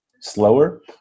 slower